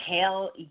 hell